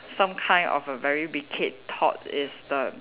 some kind of a very wicked thought is the